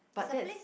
but that's